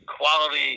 quality